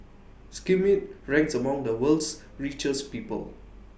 Schmidt ranks among the world's richest people